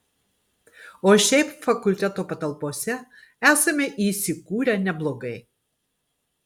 o šiaip fakulteto patalpose esame įsikūrę neblogai